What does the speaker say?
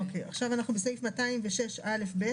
אנחנו בסעיף 206א(ב),